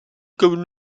comme